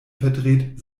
verdreht